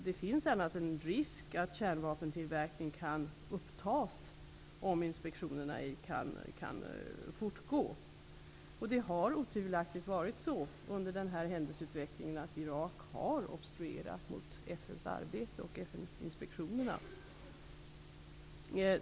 Det finns annars en risk att kärnvapentillverkning kan upptas om inspektionerna inte kan fortgå. Under den här händelseutvecklingen har det otvivelaktigt varit på det sättet att Irak har obstruerat mot FN:s arbete och FN-inspektionerna.